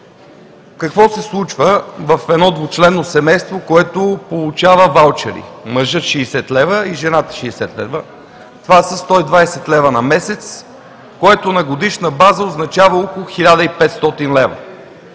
Какво се случва в едно двучленно семейство, което получава ваучери – мъжът 60 лв. и жената 60 лв.? Това са 120 лв. на месец, което на годишна база означава около 1500 лв.